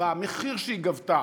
במחיר שהיא גבתה,